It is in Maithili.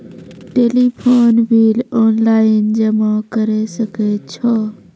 टेलीफोन बिल ऑनलाइन जमा करै सकै छौ?